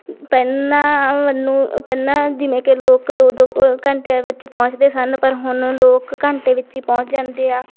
ਪਹਿਲਾਂ ਮੈਨੂੰ ਪਹਿਲਾਂ ਜਿਵੇਂ ਕਿ ਲੋਕ ਦੋ ਦੋ ਘੰਟਿਆਂ ਵਿੱਚ ਪਹੁੰਚਦੇ ਸਨ ਪਰ ਹੁਣ ਲੋਕ ਘੰਟੇ ਵਿੱਚ ਹੀ ਪਹੁੰਚ ਜਾਂਦੇ ਆ